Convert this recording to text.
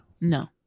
No